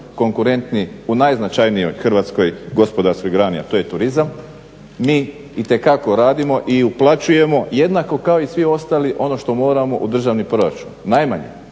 konkurentni u najznačajnijoj hrvatskoj gospodarskoj grani, a to je turizam. Mi itekako radimo i uplaćujemo jednako kao i svi ostali ono što moramo u državni proračun. Najmanje